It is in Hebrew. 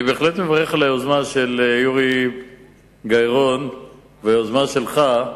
אני בהחלט מברך על היוזמה של יורי גיא-רון והיוזמה שלך,